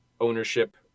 ownership